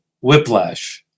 Whiplash